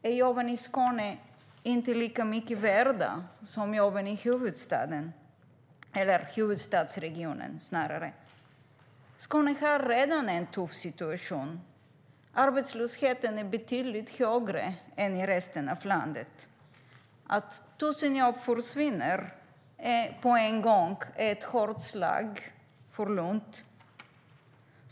Är jobben i Skåne inte lika mycket värda som jobben i huvudstaden, eller snarare i huvudstadsregionen? Skåne har redan en tuff situation. Arbetslösheten är betydligt högre än i resten av landet. Att 1 000 jobb försvinner på en och samma gång är ett hårt slag mot Lund.